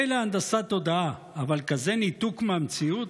מילא הנדסת תודעה, אבל כזה ניתוק מהמציאות?